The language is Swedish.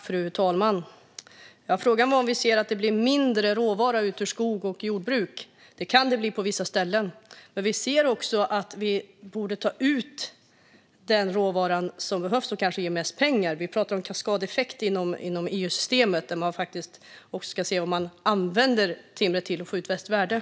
Fru talman! Frågan var om vi ser att det blir mindre råvara ut ur skogs och jordbruk. Det kan det bli på vissa ställen, men vi ser också att den råvara som behövs och som kanske ger mest pengar borde tas ut. Inom EU-systemet pratas det om en kaskadeffekt och om att man faktiskt också ska se vad timret används till och få ut mest värde.